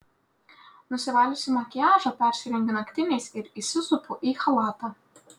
nusivaliusi makiažą persirengiu naktiniais ir įsisupu į chalatą